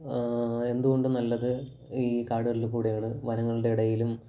എന്തു കൊണ്ടും നല്ലത് ഈ കാടുകളിൽ കൂടിയാണ് വനങ്ങളുടെ ഇടയിലും